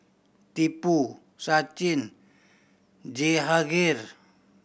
Tipu Sachin Jehangirr